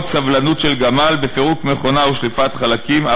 סבלנות של גמל / בפירוק מכונה ושליפת חלקים,